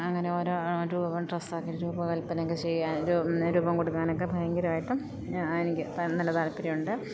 അങ്ങന ഓരോ രൂപം ഡ്രസ്സാക്കി രൂപകൽപ്പനയൊക്കെ ചെയ്യാൻ രൂപം കൊടുക്കാനൊക്കെ ഭയങ്കരമായിട്ട് എനിക്ക് നല്ല താല്പര്യമുണ്ട്